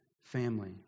family